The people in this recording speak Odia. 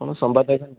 ଆପଣ ସମ୍ବାଦ ଏକା ନିଅନ୍ତୁ